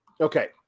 Okay